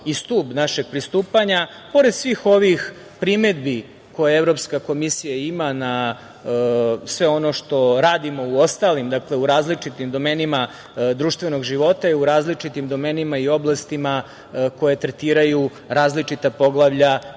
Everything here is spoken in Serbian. i stub našeg pristupanja, pored svih ovih primedbi, koja Evropska komisija ima na sve ono što radimo u ostalim, dakle, u različitim domenima društvenog života i u različitim domenima i oblastima koje tretiraju različita poglavlja